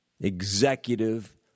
executive